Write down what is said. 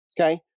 Okay